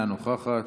אינה נוכחת,